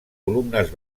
columnes